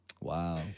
Wow